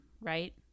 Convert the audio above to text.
right